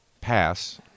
pass